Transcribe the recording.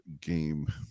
game